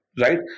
Right